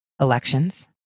Elections